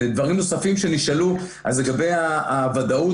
דברים נוספים שנשאלו לגבי הוודאות,